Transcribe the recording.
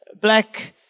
Black